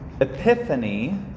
Epiphany